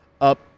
up